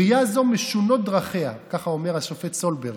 בריאה זו משונות דרכיה, כך אומר השופט סולברג,